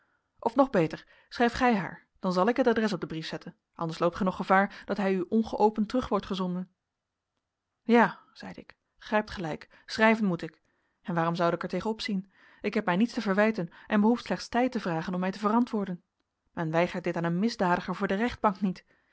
of nog beter schrijf gij haar dan zal ik het adres op den brief zetten anders loopt gij nog gevaar dat hij u ongeopend terug wordt gezonden ja zeide ik gij hebt gelijk schrijven moet ik en waarom zoude ik er tegen opzien ik heb mij niets te verwijten en behoef slechts tijd te vragen om mij te verantwoorden men weigert dit aan een misdadiger voor de rechtbank niet